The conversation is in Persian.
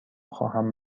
خواهم